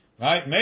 right